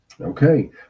Okay